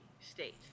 state